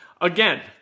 Again